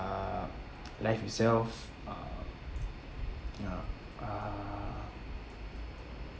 life itself uh ya uh